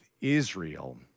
Israel